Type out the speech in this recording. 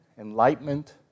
enlightenment